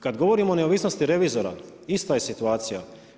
Kad govorimo o neovisnosti revizora, ista je situacija.